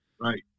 Right